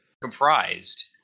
comprised